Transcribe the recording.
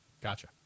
Gotcha